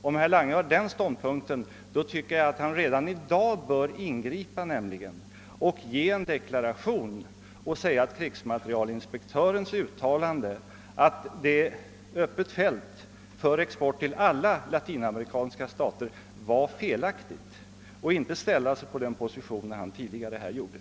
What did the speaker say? Om herr Lange intar denna ståndpunkt tycker jag att han redan i dag skulle ingripa och deklarera, att krigsmaterielinspektörens uttalande, att fältet är fritt för export till alla latinamerikanska stater, var felaktigt. Han bör då inte inta den position som han här deklarerat.